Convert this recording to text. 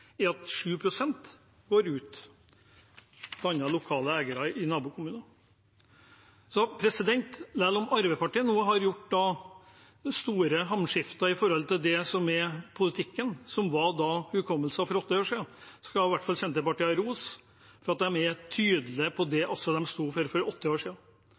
går ut, bl.a. til lokale eiere i nabokommuner. Så selv om Arbeiderpartiet har gjort det store hamskiftet i forhold til det som er politikken, som var hukommelsen for åtte år siden, skal i hvert fall Senterpartiet ha ros for at de er tydelige på det de sto for for åtte år